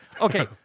Okay